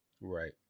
Right